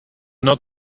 not